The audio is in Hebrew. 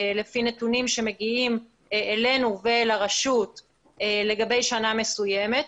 לפי נתונים שמגיעים אלינו ואל הרשות לגבי שנה מסוימת,